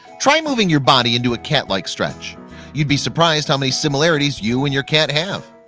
try moving your body into a cat-like stretch you'd be surprised how many similarities you and your can't have